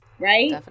Right